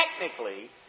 Technically